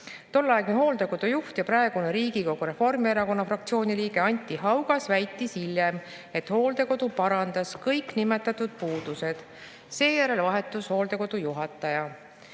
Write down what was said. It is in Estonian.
Tolleaegne hooldekodu juht ja praegune Riigikogu Reformierakonna fraktsiooni liige Anti Haugas väitis hiljem, et hooldekodu parandas kõik nimetatud puudused. Seejärel vahetus hooldekodu juhataja.